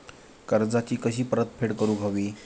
कर्जाची कशी परतफेड करूक हवी?